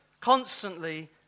constantly